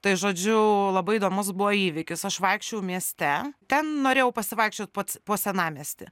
tai žodžiu labai įdomus buvo įvykis aš vaikščiojau mieste ten norėjau pasivaikščiot po s po senamiestį